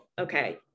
okay